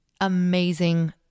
amazing